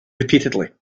repeatedly